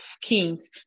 kings